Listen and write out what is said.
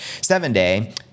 Seven-day